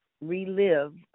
relive